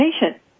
patient